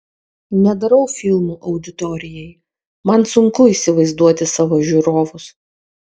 nedarau filmų auditorijai man sunku įsivaizduoti savo žiūrovus